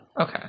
Okay